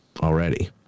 already